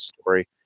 story